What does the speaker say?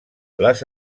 les